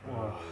!wah!